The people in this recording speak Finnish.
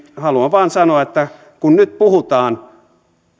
haluan vain sanoa että kun nyt puhutaan